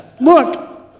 look